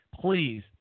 please